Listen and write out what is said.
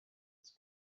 its